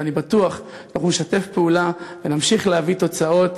ואני בטוח שאנחנו נשתף פעולה ונמשיך להביא תוצאות.